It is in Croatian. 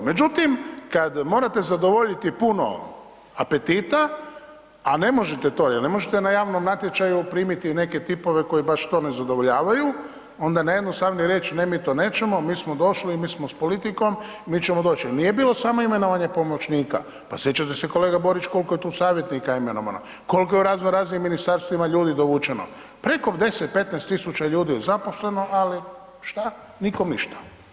Međutim kad morate zadovoljiti puno petita, a ne možete to jer ne možete na javnom natječaju primiti neke tipove koji baš to ne zadovoljavaju onda je najjednostavnije reći, ne, mi to nećemo, mi smo došli, mi smo s politikom, mi ćemo doći jer nije bilo samo imenovanje pomoćnika, pa sjećate se kolega Borić koliko je tu savjetnika imenovano, koliko je u raznoraznim ministarstvima savjetnika ljudi dovučeno, preko 10, 15 000 ljudi je zaposleno ali šta, nikom ništa.